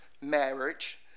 marriage